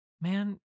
man